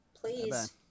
Please